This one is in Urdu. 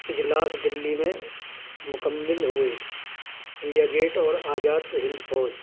اجلاس دلی میں مکمل ہوئے انڈیا گیٹ اور آزاد ہند فوج